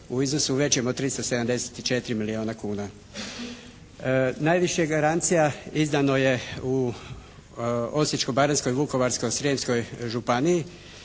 u iznosu većem od 374 milijuna kuna. Najviše garancija izdano je u Osječko-Baranjskoj i Vukovarsko-Srijemskoj županiji